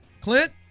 Clint